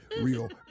Real